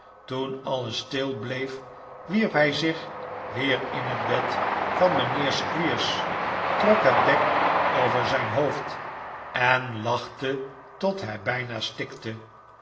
toen alles stil bleef wierp hij zich weer in het bed van mijnheer squeers trok het dek over zijn hoofd en lachte tot hij bijna stikte